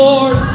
Lord